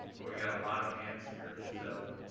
we've got a lot of hands here. so